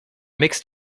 mixed